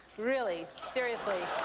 really, seriously,